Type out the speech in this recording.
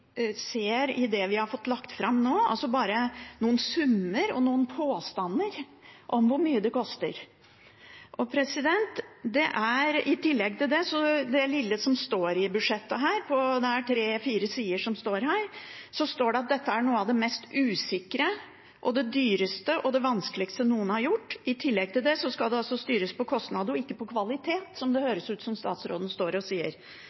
ser i det vi har fått lagt fram nå, altså bare noen summer og noen påstander om hvor mye det koster. I tillegg til det er det lille som står i budsjettet her – det er tre–fire sider – at dette er noe av det mest usikre, dyreste og det vanskeligste noen har gjort. I tillegg skal det altså styres på kostnader og ikke på kvalitet, som det høres ut som om statsråden står der og sier.